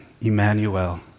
Emmanuel